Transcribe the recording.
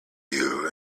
you